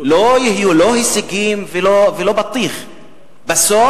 לא יהיו לא הישגים ולא בטיח בסוף.